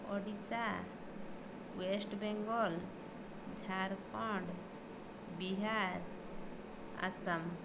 Odisha West Bengal Jharkhand Bihar Assam